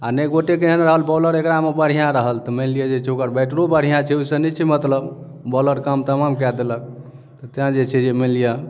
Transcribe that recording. आ नहि गोटेक एहन रहल बॉलर एकरामे बढ़िआँ रहल तऽ मानि लिअ जे ओकर बैटरो बढ़िआँ छै ओहिसँ नहि छै मतलब बॉलर काम तमाम कै देलक तै जे छै जे माइन लिअ